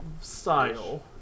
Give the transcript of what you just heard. style